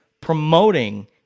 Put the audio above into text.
promoting